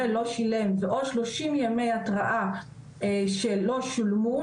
לא שילם ו/או 30 ימי התראה שלא שולמו,